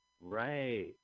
Right